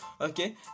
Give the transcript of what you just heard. okay